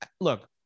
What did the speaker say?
look